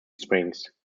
springs